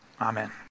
Amen